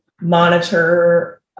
monitor